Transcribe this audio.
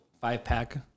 five-pack